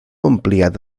ampliada